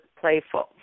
playful